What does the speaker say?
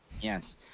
Yes